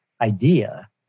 idea